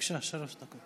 בבקשה, שלוש דקות.